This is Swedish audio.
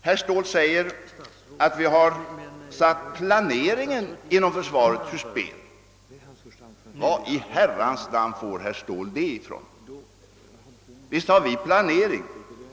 Herr Ståhl säger att vi har satt planeringen inom försvaret ur spel. Var i Herrans namn får herr Ståhl detta ifrån? Visst har vi en planering!